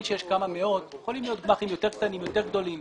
כמה מאות יכולים להיות גמ"חים יותר קטנים או יותר גדולים.